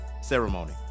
ceremony